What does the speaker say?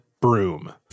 broom